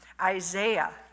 Isaiah